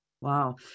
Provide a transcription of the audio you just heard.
Wow